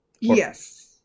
Yes